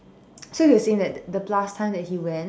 so he was saying that the last time that he went